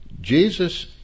Jesus